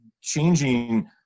changing